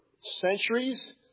centuries